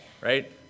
right